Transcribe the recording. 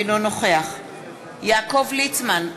אינו נוכח יעקב ליצמן,